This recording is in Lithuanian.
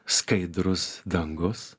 skaidrus dangus